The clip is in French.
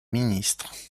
ministres